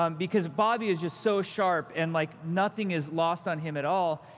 um because bobby is just so sharp and like nothing is lost on him at all.